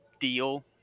deal